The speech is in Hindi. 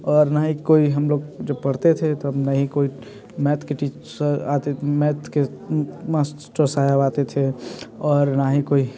और ना ही कोई हम लोग जब पढ़ते थे तब ना ही कोई मैथ के टीसर आते मैथ के मास्टर्स साहब आते थे और ना ही कोई